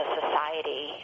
society